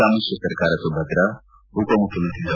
ಸಮಿಶ್ರ ಸರ್ಕಾರ ಸುಭದ್ರ ಉಪಮುಖ್ಯಮಂತ್ರಿ ಡಾ